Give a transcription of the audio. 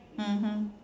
mmhmm